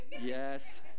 Yes